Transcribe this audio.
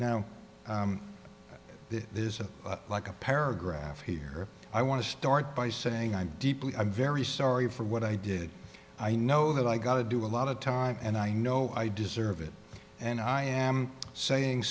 is like a paragraph here i want to start by saying i'm deeply i'm very sorry for what i did i know that i got to do a lot of time and i know i deserve it and i am saying